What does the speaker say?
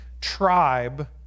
tribe